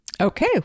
Okay